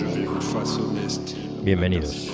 Bienvenidos